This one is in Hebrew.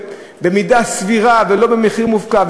במידה סבירה ולא במחיר מופקע.